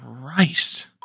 Christ